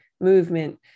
movement